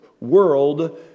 world